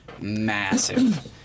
massive